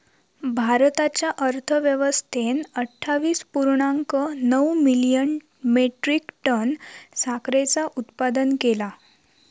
भारताच्या अर्थव्यवस्थेन अट्ठावीस पुर्णांक नऊ मिलियन मेट्रीक टन साखरेचा उत्पादन केला